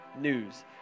news